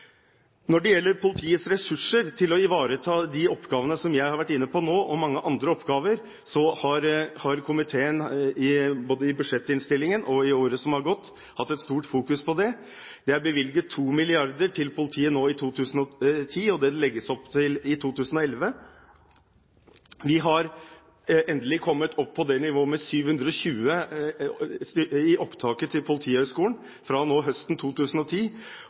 Når det gjelder politiets ressurser til å ivareta de oppgavene som jeg har vært inne på nå, og mange andre oppgaver, har komiteen både i budsjettinnstillingen og i året som har gått, hatt et stort fokus på det. Det er bevilget 2 mrd. kr til politiet nå i 2010 og til det det legges opp til i 2011. Vi har endelig kommet opp på et nivå på 720 studenter i opptaket til Politihøgskolen fra høsten 2010.